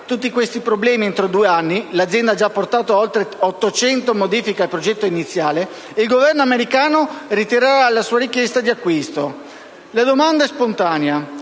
tutti questi problemi entro due anni (l'azienda ha già apportato oltre ottocento modifiche al progetto iniziale), il Governo americano ritirerà la sua richiesta di acquisto. La domanda è spontanea: